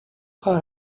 کار